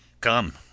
come